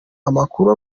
amakuru